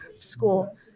school